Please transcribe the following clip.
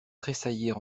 tressaillir